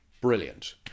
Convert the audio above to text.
brilliant